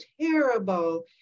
terrible